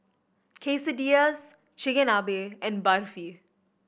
Quesadillas Chigenabe and Barfi